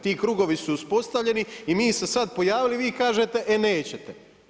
Ti krugovi su uspostavljeni i mi se sad pojavili, a vi kažete e nećete.